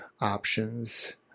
options